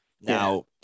Now